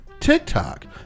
TikTok